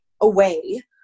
away